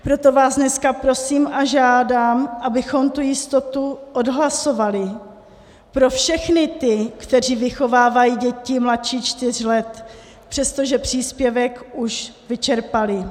Proto vás dneska prosím a žádám, abychom tu jistotu odhlasovali pro všechny ty, kteří vychovávají děti mladší čtyř let, přestože příspěvek už vyčerpali.